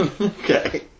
Okay